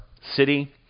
city